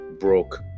Broke